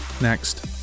next